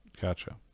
Gotcha